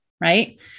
right